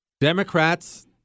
Democrats